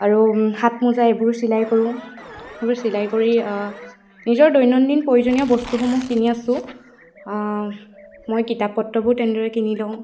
আৰু হাত মোজা এইবোৰ চিলাই কৰোঁ এইবোৰ চিলাই কৰি নিজৰ দৈনন্দিন প্ৰয়োজনীয় বস্তুসমূহ কিনি আছোঁ মই কিতাপ পত্ৰবোৰ তেনেদৰে কিনি লওঁ